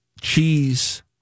Cheese